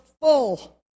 full